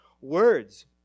words